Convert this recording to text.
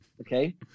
okay